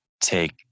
take